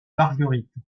marguerite